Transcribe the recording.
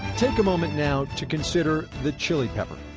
take a moment now to consider the chili pepper.